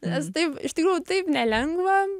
nes taip iš tikrųjų taip nelengva